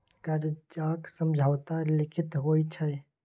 करजाक समझौता लिखित होइ छै